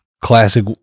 classic